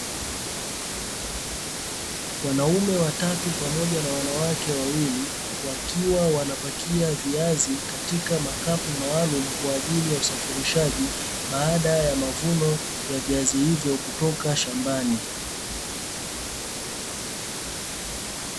Wanaume watatu pamoja na wanawake wawili wakiwa wanapakia viazi katika makapu maalumu, kwa ajili ya usafirishaji baada ya mavuno ya viazi hivyo kutoka shambani.